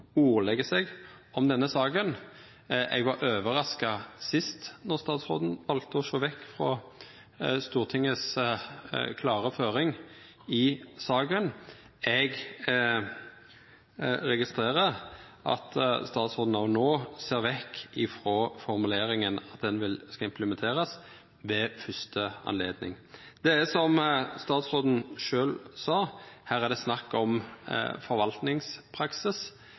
ordlegg seg om denne saka. Eg var overraska sist statsråden valde å sjå vekk frå den klare føringa frå Stortinget i saka, og eg registrerer at statsråden òg no ser vekk frå formuleringa om at han skal implementerast ved første anledning. Det er som statsråden sjølv sa: Her er det snakk om forvaltningspraksis.